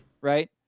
right